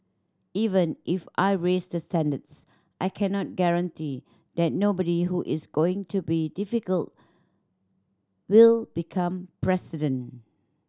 even if I raise the standards I cannot guarantee that nobody who is going to be difficult will become president